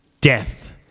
death